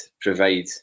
provide